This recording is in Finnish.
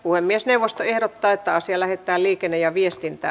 puhemiesneuvosto ehdottaa että asia lähetetään liikenne ja viestintä